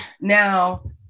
Now